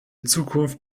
zukunft